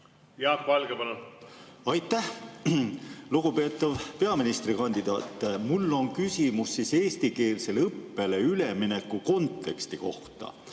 Jaak Valge, palun! Aitäh! Lugupeetav peaministrikandidaat! Mul on küsimus eestikeelsele õppele ülemineku konteksti kohta.